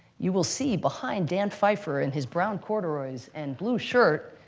you will see, behind dan pfeiffer in his brown corduroys and blue shirt,